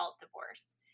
divorce